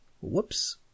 Whoops